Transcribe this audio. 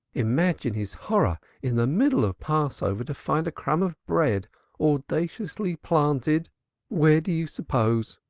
imagine his horror, in the middle of passover to find a crumb of bread audaciously planted where do you suppose?